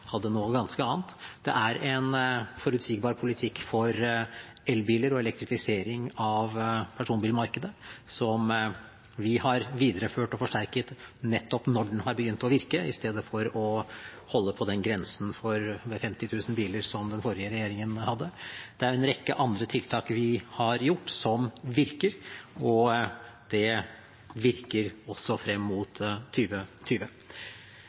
noe ganske annet. Det er en forutsigbar politikk for elbiler og elektrifisering av personbilmarkedet som vi har videreført og forsterket nettopp når den har begynt å virke, i stedet for å holde på grensen med 50 000 biler som den forrige regjeringen hadde. Det er en rekke andre tiltak vi har gjort, som virker – og de virker også frem